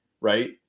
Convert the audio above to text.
right